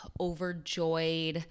overjoyed